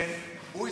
כן.